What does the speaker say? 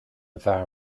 bhfear